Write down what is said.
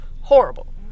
horrible